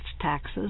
taxes